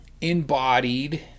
embodied